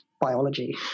biology